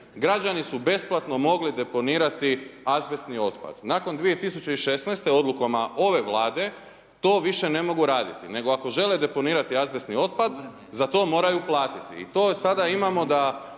Građani su besplatno mogli deponirati azbesti otpad, nakon 2016. odlukom ove Vlade, to više ne mogu raditi, nego ako žele deponirati azbestni otpad, za to moraju platiti i to sada imamo da